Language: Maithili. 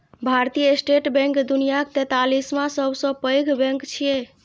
भारतीय स्टेट बैंक दुनियाक तैंतालिसवां सबसं पैघ बैंक छियै